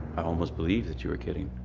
i almost believed that you were kidding.